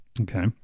Okay